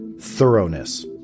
thoroughness